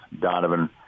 Donovan